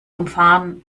umfahren